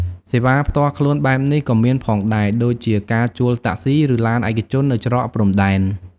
សេវាផ្ទាល់ខ្លួនបែបនេះក៏មានផងដែរ ដូចជាការជួលតាក់ស៊ី ឬឡានឯកជននៅច្រកព្រំដែន។